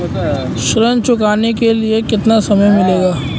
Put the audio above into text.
ऋण चुकाने के लिए कितना समय मिलेगा?